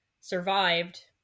survived